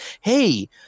hey